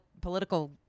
political